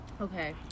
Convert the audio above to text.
okay